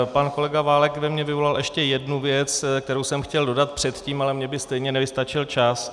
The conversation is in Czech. Pan kolega Válek ve mně vyvolal ještě jednu věc, kterou jsem chtěl dodat předtím, ale mně by stejně nevystačil čas.